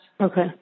Okay